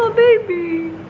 ah baby